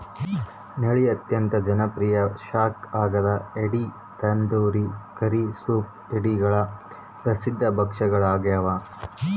ನಳ್ಳಿ ಅತ್ಯಂತ ಜನಪ್ರಿಯ ಸ್ನ್ಯಾಕ್ ಆಗ್ಯದ ಏಡಿ ತಂದೂರಿ ಕರಿ ಸೂಪ್ ಏಡಿಗಳ ಪ್ರಸಿದ್ಧ ಭಕ್ಷ್ಯಗಳಾಗ್ಯವ